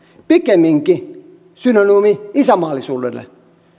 pikemminkin synonyymi isänmaallisuudelle